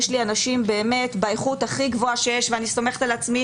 יש לי אנשים באמת באיכות הכי גבוהה שיש ואני סומכת על עצמי